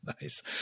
Nice